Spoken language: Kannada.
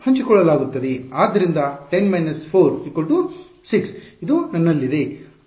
ಆದ್ದರಿಂದ 10 4 6 ಇದು ನನ್ನಲ್ಲಿದೆ